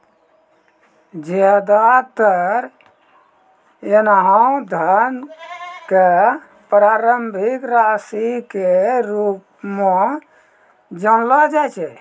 ज्यादातर ऐन्हों धन क प्रारंभिक राशि के रूप म जानलो जाय छै